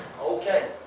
okay